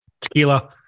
Tequila